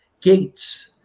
gates